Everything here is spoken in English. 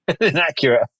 Inaccurate